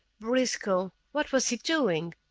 briscoe! what was he doing?